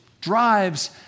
drives